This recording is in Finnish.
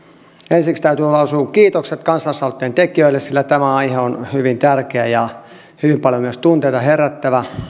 ensiksi täytyy lausua kiitokset kansalaisaloitteen tekijöille sillä tämä aihe on hyvin tärkeä ja hyvin paljon myös tunteita herättävä